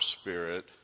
spirit